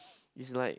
it's like